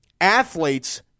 Athletes